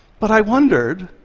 but i wondered,